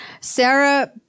Sarah